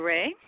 Ray